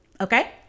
Okay